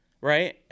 right